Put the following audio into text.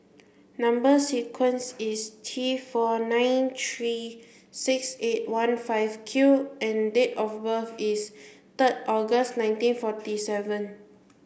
number sequence is T four nine three six eight one five Q and date of birth is third August nineteen forty seven